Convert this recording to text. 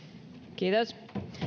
kiitos